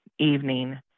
Evening